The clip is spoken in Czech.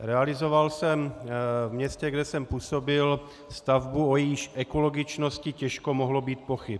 Realizoval jsem v městě, kde jsem působil, stavbu, o jejíž ekologičnosti těžko mohlo být pochyb.